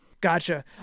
Gotcha